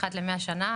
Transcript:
אחת למאה שנה,